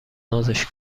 نازش